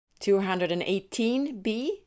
218B